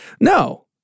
No